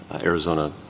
Arizona